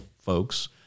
folks